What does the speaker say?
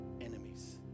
enemies